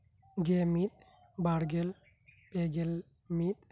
ᱜᱮᱢᱤᱫ ᱵᱟᱨᱜᱮᱞ ᱯᱮ ᱜᱮᱞ ᱢᱤᱫ